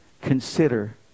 consider